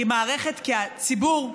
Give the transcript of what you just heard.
כי הציבור,